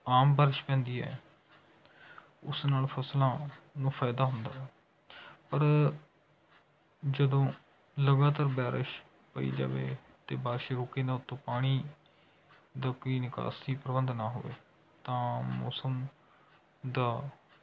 ਆਮ ਬਾਰਸ਼ ਪੈਂਦੀ ਹੈ ਉਸ ਨਾਲ ਫ਼ਸਲਾਂ ਨੂੰ ਫਾਇਦਾ ਹੁੰਦਾ ਹੈ ਪਰ ਜਦੋਂ ਲਗਾਤਾਰ ਬਾਰਸ਼ ਪਈ ਜਾਵੇ ਅਤੇ ਬਾਰਸ਼ ਰੁਕੇ ਨਾ ਉੱਤੋਂ ਪਾਣੀ ਦਾ ਕੋਈ ਨਿਕਾਸੀ ਪ੍ਰਬੰਧ ਨਾ ਹੋਵੇ ਤਾਂ ਮੌਸਮ ਦਾ